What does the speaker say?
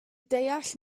deall